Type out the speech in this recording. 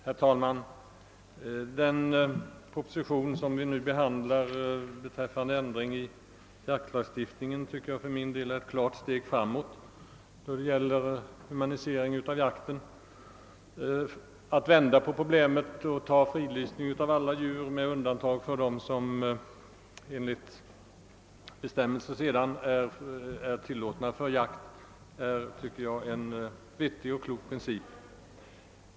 Herr talman! Den proposition som vi nu behandlar beträffande ändring i jaktlagstiftningen är ett klart steg framåt då det gäller en humanisering av jakten. Att vända på problemet och fridlysa alla djur med undantag för dem, som enligt bestämmelserna är tilllåtna för jakt, är en vettig och klok princip.